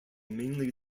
mainly